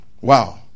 wow